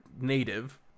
native